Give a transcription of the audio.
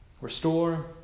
restore